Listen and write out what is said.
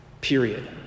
period